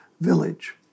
village